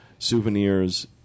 Souvenirs